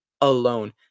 alone